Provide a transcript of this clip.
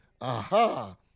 Aha